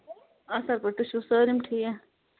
اَصٕل پٲٹھۍ تُہۍ چھِو سٲلِم ٹھیٖک